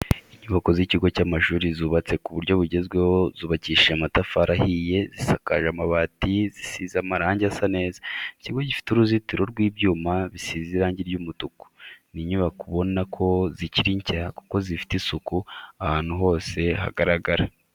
Inyubako z'ikigo cy'amashuri zubatse mu buryo bugezweho zubakishije amatafari ahiye zisakaje amabati zisize amarange asa neza, ikigo gifite uruzitiro rw'ibyuma bisize irangi ry'umutuku. Ni inyubako ubona ko zikiri nshya kuko zifite isuku ahantu hose hagaragara.